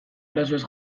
arazoez